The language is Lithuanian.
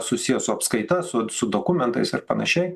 susiję su apskaita su su dokumentais ir panašiai